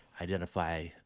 identify